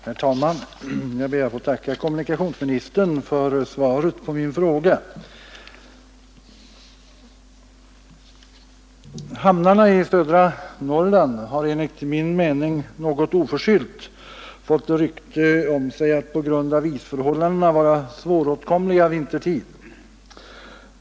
Herr talman! Jag ber att få tacka kommunikationsministern för svaret på min fråga. Hamnarna i södra Norrland har enligt min mening något oförskyllt fått rykte om sig att på grund av isförhållandena vara svåråtkomliga vintertid.